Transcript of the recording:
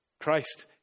Christ